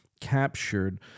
captured